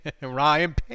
Ryan